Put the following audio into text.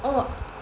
oh